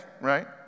right